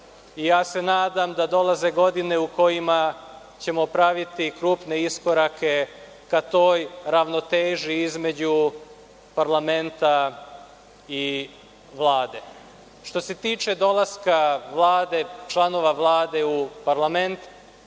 i ja se nadam da dolaze godine u kojima ćemo praviti krupne iskorake ka toj ravnoteži između parlamenta i Vlade. Što se tiče dolaska Vlade, članova Vlade u parlament,